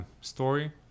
story